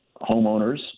homeowners